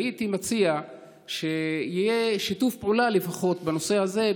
הייתי מציע שיהיה שיתוף פעולה לפחות בנושא הזה.